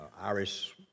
Irish